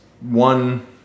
one